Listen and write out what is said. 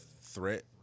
threat